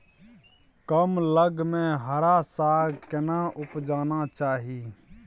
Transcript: कम लग में हरा साग केना उपजाना चाही?